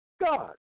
God